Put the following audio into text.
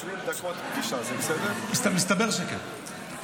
תגיד לי, אדוני השר, מה זה, אין לך רוב